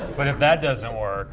but if that doesn't work